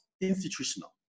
institutional